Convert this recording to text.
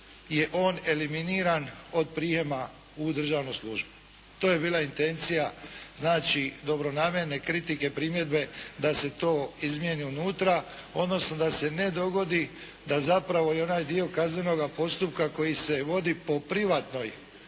je on eliminiran od prijema u državnu službu. To je bila intencija znači dobronamjerne kritike, primjedbe da se to izmijeni unutra, odnosno da se ne dogodi da zapravo i onaj dio kaznenoga postupka koji se vodi po privatnoj